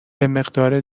مقدار